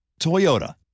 Toyota